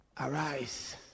Arise